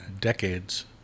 decades